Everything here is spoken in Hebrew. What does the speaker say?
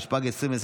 התשפ"ג 2023,